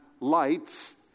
lights